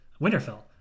Winterfell